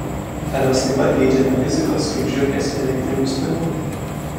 ar mes taip pat geidžiame rizikos kaip žiurkės elektrinių stimulų